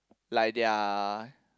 like their